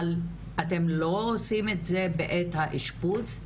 אבל אתם לא עושים את זה בעת האשפוז?